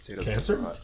Cancer